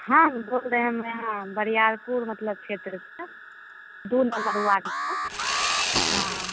हम बोल रहे हैं बरिआ बरियालपुर मतलब क्षेत्र से दो नंबर वार्ड से हाँ